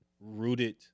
rooted